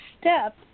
step